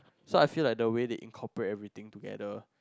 so I feel like the way the incorporate everything together